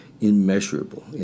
immeasurable